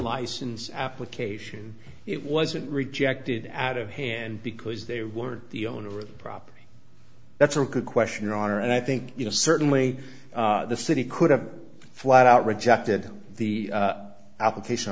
license application it wasn't rejected out of hand because they were the owner of the property that's a good question your honor and i think you know certainly the city could have flat out rejected the application